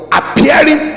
appearing